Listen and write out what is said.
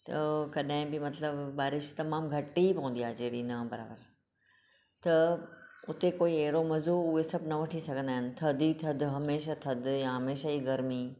त कॾहिं बि मतिलबु बारिश तमामु घटि ई पवंदी आहे जहिड़ी ना बराबरि त उथे कोई अहिड़ो मज़ो उहे सभु न वठी सघन्दा आहिनि थधि ई थधि हमेशह थधु या हमेशह ई गर्मी